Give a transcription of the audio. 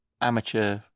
amateur